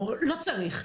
לא צריך.